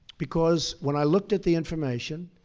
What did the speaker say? because when i looked at the information,